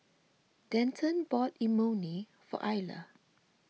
Denton bought Imoni for Ayla